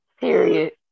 Period